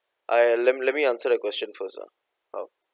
I let me let me answer the question first ah